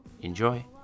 Enjoy